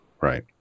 Right